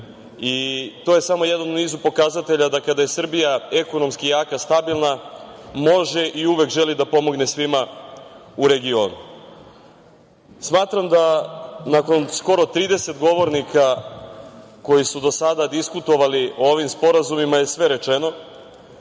i to je samo jedan u nizu pokazatelja kada je Srbija ekonomski jaka, stabilna može i uvek želi da pomogne svima u regionu. Smatram da nakon skoro 30 govornika koji su do sada diskutovali o ovom sporazumima je sve rečeno.